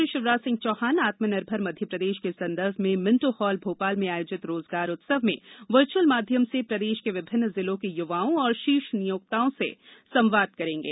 मुख्यमंत्री शिवराज सिंह चौहान आत्म निर्भर मध्यप्रदेश के संदर्भ में मिंटो हॉल भोपाल में आयोजित रोजगार उत्सव में वर्चुअल माध्यम से प्रदेश के विभिन्न जिलों के युवाओं एवं शीर्ष नियोक्ताओं से संवाद करेंगे